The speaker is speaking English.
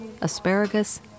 asparagus